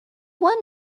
one